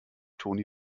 toni